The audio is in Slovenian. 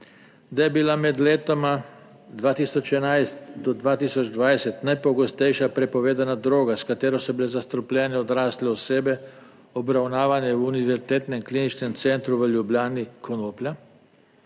da je bila med letoma 2011 do 2020 najpogostejša prepovedana droga, s katero so bile zastrupljene odrasle osebe obravnavane v Univerzitetnem kliničnem centru v Ljubljani, konoplja.